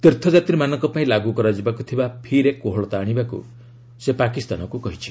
ତୀର୍ଥଯାତ୍ରୀମାନଙ୍କ ପାଇଁ ଲାଗୁ କରାଯିବାକୁଥିବା ଫି'ରେ କୋହଳତା ଆଣିବାକୁ ଭାରତ' ପାକିସ୍ତାନକୁ କହିଛି